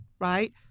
right